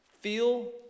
Feel